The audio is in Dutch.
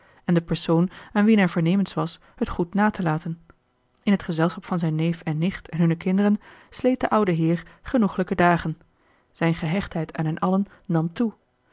en den persoon aan wien hij voornemens was het goed na te laten in het gezelschap van zijn neef en nicht en hunne kinderen sleet de oude heer genoeglijke dagen zijn gehechtheid aan hen allen nam toe